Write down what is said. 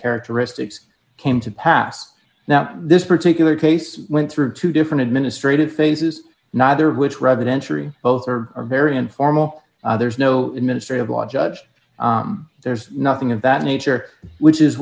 characteristics came to pass now this particular case went through two different administrative faces neither which rabbit entry both are very informal there's no administrative law judge there's nothing of that nature which is